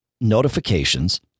notifications